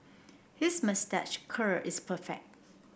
his moustache curl is perfect